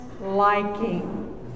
liking